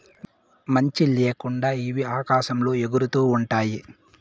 మంచి ల్యాకుండా ఇవి ఆకాశంలో ఎగురుతూ ఉంటాయి